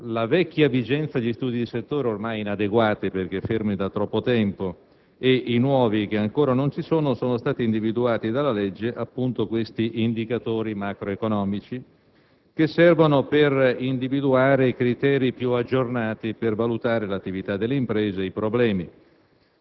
la vecchia vigenza degli studi di settore - ormai inadeguati perché fermi da troppo tempo - e i nuovi (che ancora non ci sono) sono stati individuati dalla legge indicatori macroeconomici che servono per individuare i criteri più aggiornati per valutare l'attività delle imprese e i problemi.